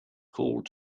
called